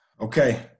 Okay